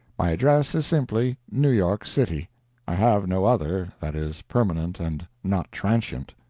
my address is simply new york city i have no other that is permanent and not transient.